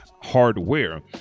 hardware